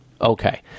Okay